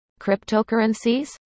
cryptocurrencies